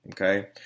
okay